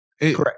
Correct